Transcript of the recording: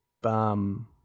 bum